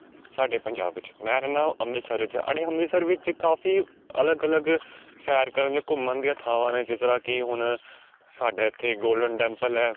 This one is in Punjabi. ਸਾਡੇ ਪੰਜਾਬ ਵਿੱਚ ਮੈਂ ਰਹਿੰਦਾ ਹਾਂ ਅੰਮ੍ਰਿਤਸਰ ਵਿੱਚ ਸਾਡੇ ਅੰਮ੍ਰਿਤਸਰ ਵਿੱਚ ਕਾਫੀ ਅਲੱਗ ਅਲੱਗ ਸੈਰ ਕਰਨ ਦੀਆਂ ਘੁੰਮਣ ਦੀਆਂ ਥਾਂਵਾਂ ਨੇ ਜਿਸ ਤਰ੍ਹਾਂ ਕਿ ਹੁਣ ਸਾਡੇ ਇੱਥੇ ਗੋਲਡਨ ਟੈਂਪਲ ਹੈ